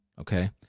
Okay